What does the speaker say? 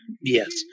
Yes